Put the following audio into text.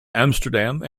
amsterdam